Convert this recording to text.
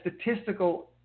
statistical